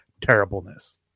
terribleness